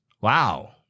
Wow